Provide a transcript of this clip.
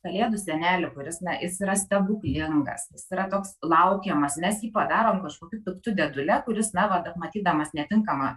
kalėdų senelį kuris na jis yra stebuklingas jis yra toks laukiamas mes jį padarom kažkokiu piktu dėdule kuris na va matydamas netinkamą